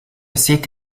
site